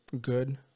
good